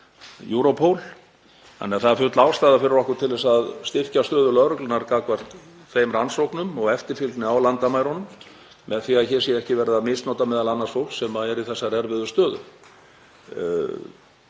þannig að það er full ástæða fyrir okkur að styrkja stöðu lögreglunnar gagnvart þeim rannsóknum og eftirfylgni á landamærunum með því að hér sé ekki verið að misnota m.a. fólk sem er í þessari erfiðu stöðu.